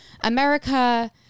America